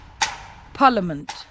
Parliament